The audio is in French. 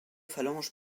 phalanges